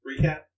recap